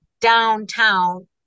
downtown